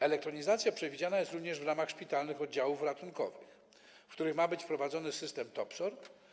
Elektronizacja przewidziana jest również w ramach szpitalnych oddziałów ratunkowych, w których ma być wprowadzony system TOPSOR.